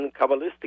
Kabbalistic